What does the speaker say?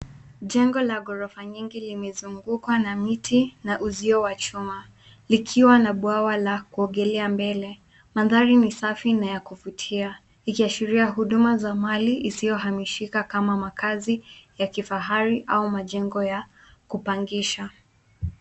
Jengo la ghorofa nyingi limezungukwa na miti na uzio wa chuma likiwa na bwawa la kuogelea mbele. Mandhari ni safi na ya kuvutia ikiashiria huduma za mali isiyohamishika kama makazi ya kifahari au majengo ya kupangisha.